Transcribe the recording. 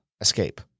escape